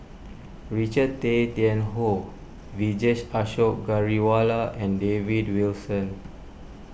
Richard Tay Tian Hoe Vijesh Ashok Ghariwala and David Wilson